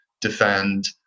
defend